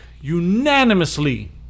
unanimously